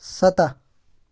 سَتَہ